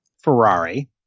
Ferrari